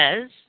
says